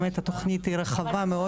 באמת התוכנית היא רחבה מאוד.